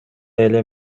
эле